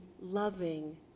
loving